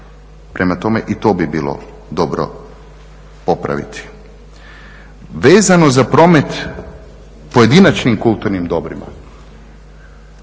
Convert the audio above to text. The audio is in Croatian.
Prema tome, i to bi bilo dobro popraviti. Vezano za promet pojedinačnim kulturnim dobrima.